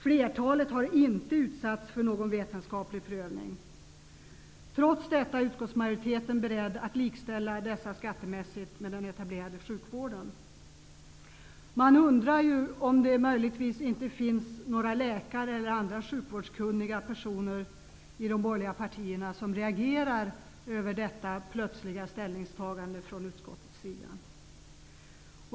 Flertalet har inte utsatts för någon vetenskaplig prövning. Trots detta är utskottsmajoriteten beredd att likställa dessa terapier skattemässigt med den etablerade sjukvården. Man undrar om det möjligtvis inte finns några läkare eller andra sjukvårdskunniga personer i de borgerliga partierna som reagerar över detta plötsliga ställningstagande från utskottets sida.